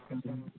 କେମ୍ତି ହେବ